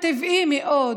טבעי מאוד